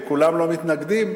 וכולם לא מתנגדים,